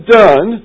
done